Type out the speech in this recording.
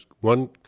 one